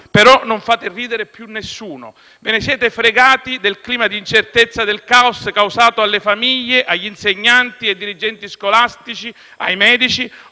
ma non fate ridere più nessuno. Ve ne siete fregati del clima di incertezza e del caos causato alle famiglie, agli insegnanti, ai dirigenti scolastici e ai medici,